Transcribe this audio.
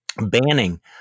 banning